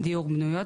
דיור בנויות,